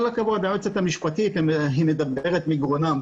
היועצת המשפטית היא מדברת מגרונם.